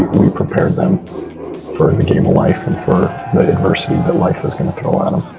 we prepared them for the game of life and for the adversity that life is going to throw at um